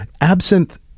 Absinthe